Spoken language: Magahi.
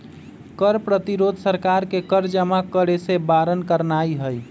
कर प्रतिरोध सरकार के कर जमा करेसे बारन करनाइ हइ